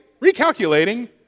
recalculating